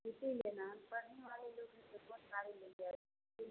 scooty लेना है हम पढ़ने वाले लोग हैं तो कौन गाड़ी लेंगे और